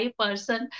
person